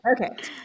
Okay